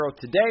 today